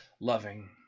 loving